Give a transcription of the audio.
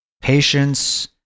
patience